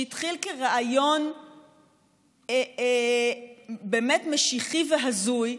שהתחיל כרעיון באמת משיחי והזוי,